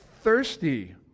Thirsty